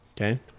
Okay